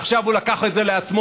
ועכשיו הוא לקח את זה לעצמו,